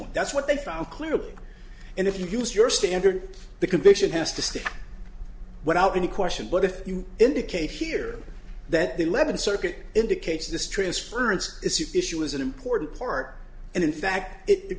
one that's what they found clearly and if you use your standard the conviction has to stay but out any question but if you indicate here that the eleventh circuit indicates this transference issue is an important part and in fact it